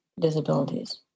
disabilities